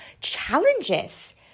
challenges